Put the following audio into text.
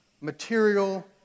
material